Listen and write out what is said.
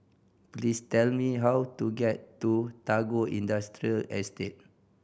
please tell me how to get to Tagore Industrial Estate